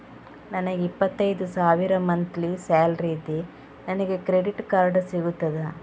ನನಗೆ ಇಪ್ಪತ್ತೈದು ಸಾವಿರ ಮಂತ್ಲಿ ಸಾಲರಿ ಇದೆ, ನನಗೆ ಕ್ರೆಡಿಟ್ ಕಾರ್ಡ್ ಸಿಗುತ್ತದಾ?